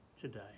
today